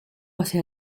hacia